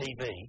tv